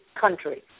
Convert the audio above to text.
country